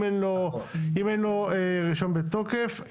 אם אין לו רישיון בתוקף,